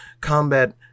combat